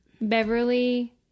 Beverly